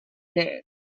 game